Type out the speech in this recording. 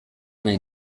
nahi